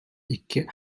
икки